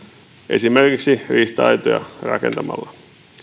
esimerkiksi riista aitoja rakentamalla nyt